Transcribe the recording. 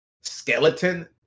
skeleton